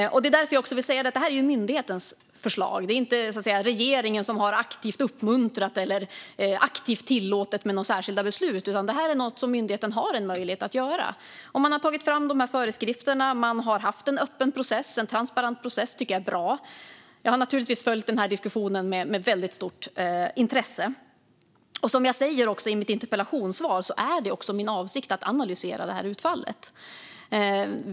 Och jag vill säga att det här är myndighetens förslag. Det är inte regeringen som aktivt har uppmuntrat eller tillåtit med några särskilda beslut, utan det här är något som myndigheten har en möjlighet att göra. Man har tagit fram de här föreskrifterna och har haft en öppen, transparent process. Det tycker jag är bra. Jag har naturligtvis följt den här diskussionen med väldigt stort intresse. Och som jag säger i mitt interpellationssvar är det också min avsikt att analysera utfallet.